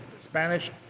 Spanish